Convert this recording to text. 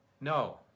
No